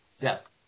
Yes